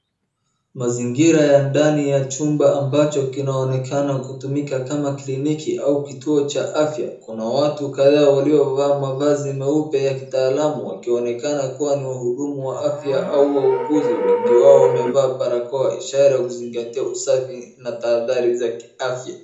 Mazingira ya ndani ya chumba ambacho kinaonekana kutumika kama kliniki au kituo cha afya. Kuna watu kadhaa waliovaa mavazi meupe ya kitaalamu wakionekana kuwa ni wahudumu wa afya au wauguzi. Wengi wao wamevaa barakoa ishara ya kuzingatia usafi na tahadhari za kiafya.